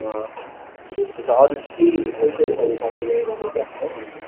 हुन्छ अरू केही कोइसनहरू छ भने सोधी राख्नु